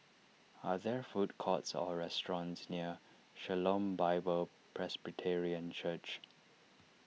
are there food courts or restaurants near Shalom Bible Presbyterian Church